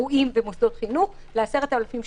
אירועים ומוסדות חינוך ל-10,000 ש"ח.